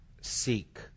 seek